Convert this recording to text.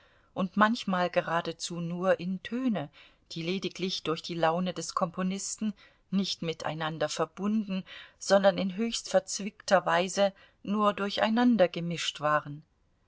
und manchmal geradezu nur in töne die lediglich durch die laune des komponisten nicht miteinander verbunden sondern in höchst verzwickter weise nur durcheinander gemischt waren